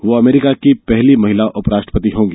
वे America की पहली महिला उपराष्ट्रपति होंगी